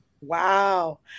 Wow